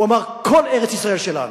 הוא אמר: כל ארץ-ישראל שלנו,